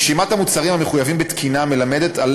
רשימת המוצרים המחויבים בתקינה מלמדת על